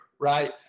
right